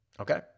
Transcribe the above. Okay